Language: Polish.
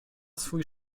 swój